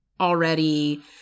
Already